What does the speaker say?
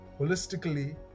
holistically